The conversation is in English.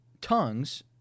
tongues